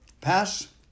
Pass